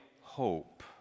hope